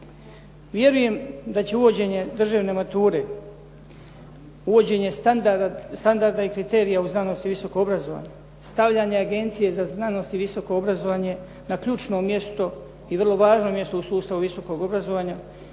Vjerujem da će uvođenje državne mature, uvođenje standarda i kriterija u znanost i visoko obrazovanje, stavljanje agencije za znanost i visoko obrazovanje na ključno mjesto i vrlo važno mjesto u sustavu visokog obrazovanja,